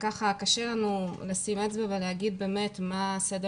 ולכן קשה לנו לשים אצבע ולומר מה סדר